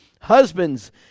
Husbands